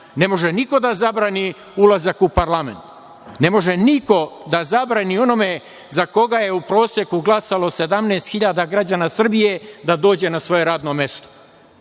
Ne može niko da zabrani ulazak u parlament. Ne može niko da zabrani onome za koga je u proseku glasalo 17.000 građana Srbije da dođe na svoje radno mesto.